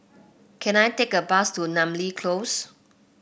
can I take a bus to Namly Close